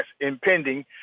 impending